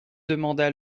demanda